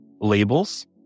labels